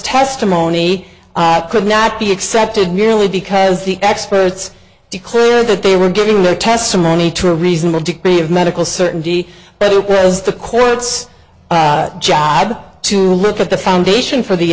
testimony could not be accepted merely because the experts declared that they were giving their testimony to a reasonable degree of medical certainty but it was the court's job to look at the foundation for the